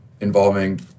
involving